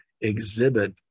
exhibit